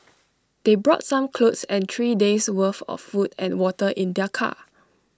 they brought some clothes and three days' worth of food and water in their car